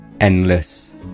endless